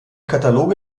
kataloge